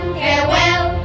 farewell